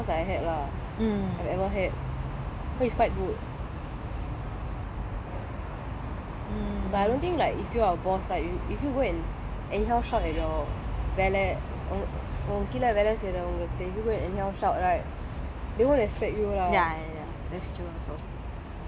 ya but he's the second boss I had lah so it's quite good but I don't think like if you are boss right if you go and anyhow shout at your வேல ஒன் ஒன் கீழ வேல செய்ரவங்களுக்கிட்ட:vela oan oan keela vela seyravangalukkitta if you go and anyhow shout right they won't respect you lah